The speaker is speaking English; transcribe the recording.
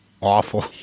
awful